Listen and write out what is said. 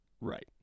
Right